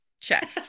check